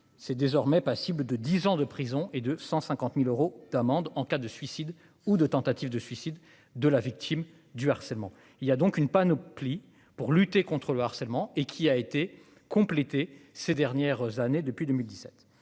C'est désormais passible de 10 ans de prison et de 150.000 euros d'amende en cas de suicides ou de tentatives de suicide de la victime du harcèlement. Il y a donc une panoplie pour lutter contre le harcèlement et qui a été complété ces dernières années, depuis 2017